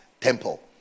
temple